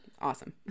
Awesome